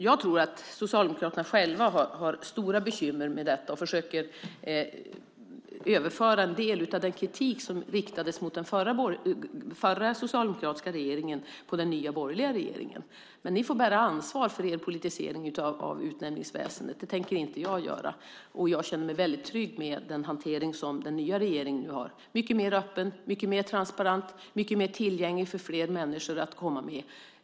Jag tror att socialdemokraterna själva har stora bekymmer med detta och försöker överföra en del av den kritik som riktades mot den förra, socialdemokratiska, regeringen på den nya borgerliga regeringen. Men ni får bära ansvaret för er politisering av utnämningsväsendet. Det tänker inte jag göra. Och jag känner mig väldigt trygg med den hantering som den nya regeringen har. Den är mycket mer öppen, mycket mer transparent, mycket mer tillgänglig för fler människor.